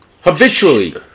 Habitually